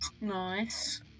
Nice